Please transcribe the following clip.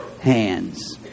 hands